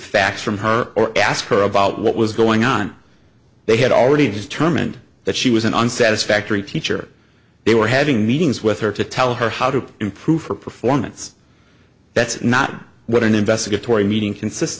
facts from her or ask her about what was going on they had already determined that she was in on satisfactory teacher they were having meetings with her to tell her how to improve her performance that's not what an investigatory meeting consist